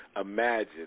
imagine